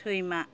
सैमा